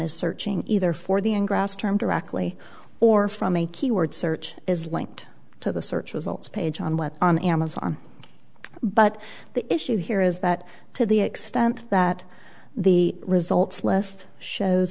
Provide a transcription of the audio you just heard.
is searching either for the in grass term directly or from a keyword search is linked to the search results page on what on amazon but the issue here is that to the extent that the results list shows